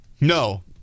No